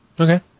Okay